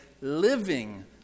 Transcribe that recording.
living